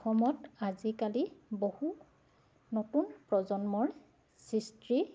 অসমত আজিকালি বহু নতুন প্ৰজন্মৰ সৃষ্টি